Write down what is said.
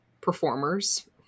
performers